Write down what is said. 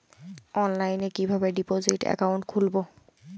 অনলাইনে কিভাবে deposit account খুলবো?